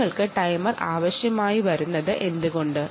നിങ്ങൾക്ക് ടൈമർ ആവശ്യമായി വരുന്നത് എന്തുകൊണ്ടാണ്